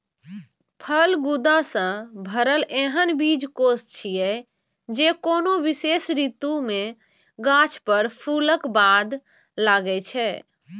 फल गूदा सं भरल एहन बीजकोष छियै, जे कोनो विशेष ऋतु मे गाछ पर फूलक बाद लागै छै